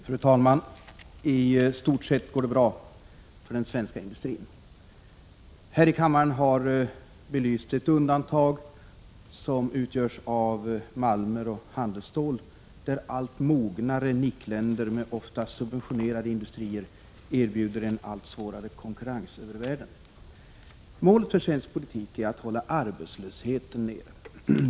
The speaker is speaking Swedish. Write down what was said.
Fru talman! I stort sett går det bra för den svenska industrin. Här i kammaren har belysts ett undantag, som utgörs av malmer och handelsstål, där allt mognare NIC-länder, med ofta subventionerade industrier, erbjuder en allt svårare konkurrens över världen. Målet för svensk politik är att hålla arbetslösheten nere.